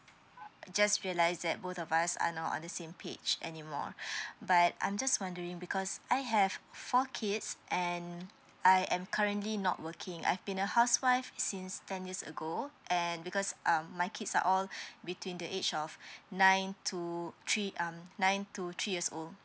just realize that both of us are not on the same page anymore but I'm just wondering because I have four kids and I am currently not working I've been a housewife since ten years ago and because um my kids are all between the age of nine to three um nine to three years old